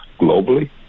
globally